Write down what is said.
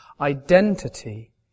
identity